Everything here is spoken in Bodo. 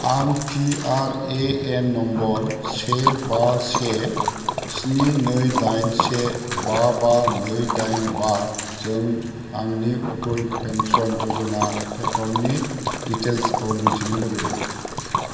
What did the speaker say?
आं P R A N number से बा से स्नि नै दाइन से बा बा नै दाइन बा जों आंनि अटल पेन्सन य'जना एकाउन्टनि डिटेइल्सखौ मिथिनो लुबैदों